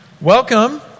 Welcome